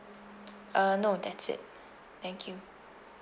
uh no that's it thank you